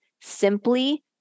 simply